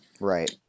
Right